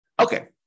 Okay